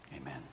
Amen